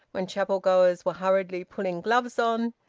when chapel-goers were hurriedly pulling gloves on,